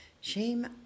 Shame